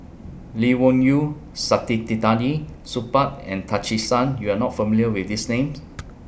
Lee Wung Yew Saktiandi Supaat and Tan Che Sang YOU Are not familiar with These Names